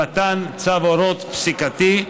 למתן צו הורות פסיקתי,